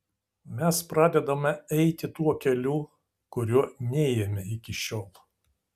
mes pradedame eiti tuo keliu kuriuo nėjome iki šiol